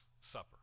Supper